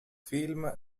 film